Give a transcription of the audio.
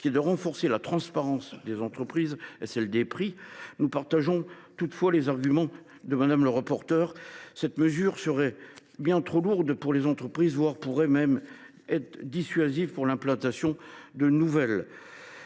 qui est de renforcer la transparence des entreprises et des prix, nous partageons toutefois le point de vue de Mme le rapporteur : cette mesure serait bien trop lourde pour les entreprises, elle pourrait même être dissuasive pour l’implantation de nouvelles